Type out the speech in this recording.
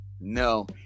No